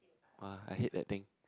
!wah! I hate that thing